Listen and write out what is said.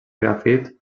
grafit